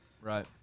Right